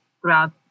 throughout